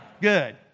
Good